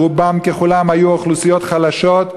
שרובם ככולם היו אוכלוסיות חלשות?